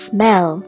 Smell